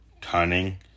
cunning